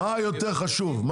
מה יותר חשוב,